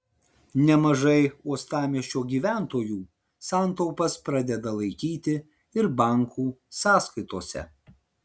nemažai uostamiesčio gyventojų santaupas pradeda laikyti ir bankų sąskaitose